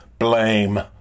Blame